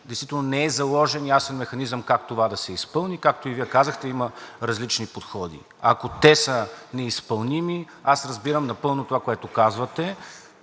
действително не е заложен ясен механизъм как това да се изпълни, както и Вие казахте, има различни подходи. Ако те са неизпълними, аз разбирам напълно това, което казвате.